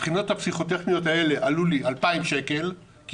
הבחינות הפסיכוטכניות האלה עלו לי 2,000 שקל כי